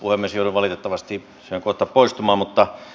joudun valitettavasti kohta poistumaan